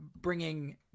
bringing